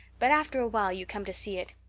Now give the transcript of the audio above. but after a while you come to see it.